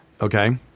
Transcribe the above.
Okay